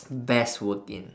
best work in